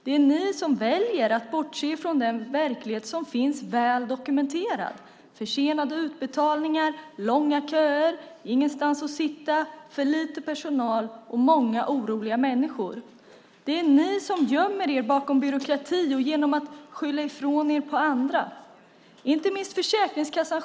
Det är ni som väljer att bortse från den verklighet som finns väl dokumenterad: försenade utbetalningar, långa köer, ingenstans att sitta, för lite personal och många oroliga människor. Det är ni som gömmer er bakom byråkrati och skyller ifrån er på andra, inte minst Försäkringskassan.